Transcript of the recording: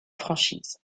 franchise